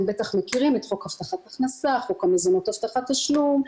בטח מכירים את חוק הבטחת הכנסה חוק המזונות הבטחת תשלום,